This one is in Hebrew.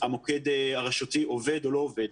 המוקד הרשותי עובד או לא עובד.